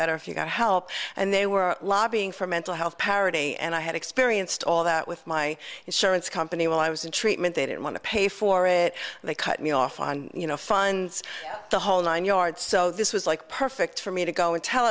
better if you got help and they were lobbying for mental health parity and i had experienced all that with my insurance company while i was in treatment they didn't want to pay for it they cut me off on you know funds the whole nine yards so this was like perfect for me to go and tell